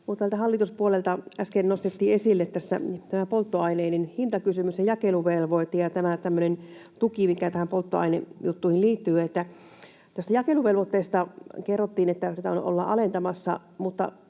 hallituspuolelta äsken nostettiin esille tämä polttoaineiden hintakysymys ja jakeluvelvoite ja tämä tämmöinen tuki, mikä näihin polttoainejuttuihin liittyy. Jakeluvelvoitteesta kerrottiin, että tätä ollaan alentamassa,